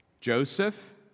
Joseph